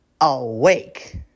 awake